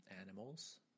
animals